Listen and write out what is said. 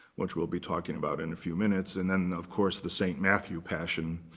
which we'll be talking about in a few minutes. and then, of course, the st. matthew passion.